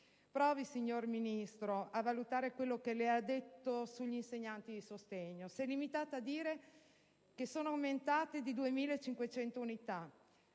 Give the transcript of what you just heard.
Provi, signora Ministro, a valutare quello che lei ha detto sugli insegnanti di sostegno: si è limitata ad affermare che sono aumentati di 2.500 unità.